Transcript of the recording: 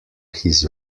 his